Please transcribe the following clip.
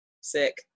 Sick